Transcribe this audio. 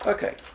Okay